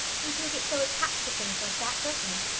you do get so attached to things like that, don't you?